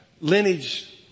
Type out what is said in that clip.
lineage